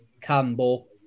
Campbell